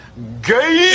Gay